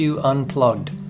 Unplugged